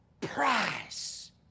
price